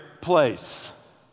place